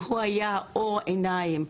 הוא היה אור בעיניים עבורנו.